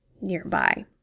nearby